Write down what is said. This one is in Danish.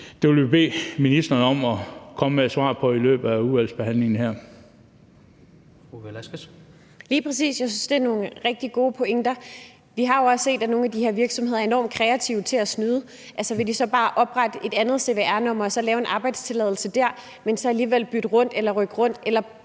Rohde): Fru Victoria Velasquez. Kl. 16:33 Victoria Velasquez (EL): Lige præcis! Jeg synes, det er nogle rigtig gode pointer. Vi har jo også set, at nogle af de her virksomheder er enormt kreative til at snyde. Altså, vil de så bare oprette et andet cvr-nr. og lave en arbejdstilladelse der, men så alligevel bytte eller rykke rundt eller